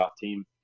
team